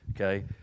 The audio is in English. Okay